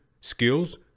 skills